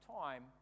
time